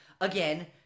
Again